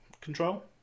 control